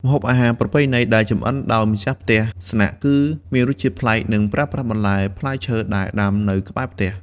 ម្ហូបអាហារប្រពៃណីដែលចម្អិនដោយម្ចាស់ផ្ទះស្នាក់ គឺមានរសជាតិប្លែក និងប្រើប្រាស់បន្លែផ្លែឈើដែលដាំនៅក្បែរផ្ទះ។